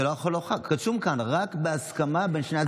זה לא, רשום כאן: רק בהסכמה בין שני הצדדים.